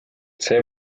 see